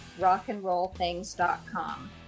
rockandrollthings.com